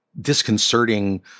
disconcerting